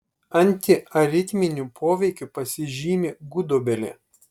antiaritminiu poveikiu pasižymi gudobelė